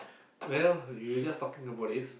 well you were just talking about it